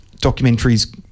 documentaries